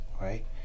right